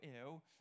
ill